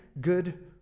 good